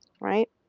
Right